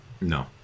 No